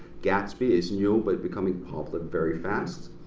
gatsby is new, but becoming popular very fast.